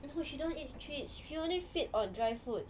no she don't eat treats she only feed on dry food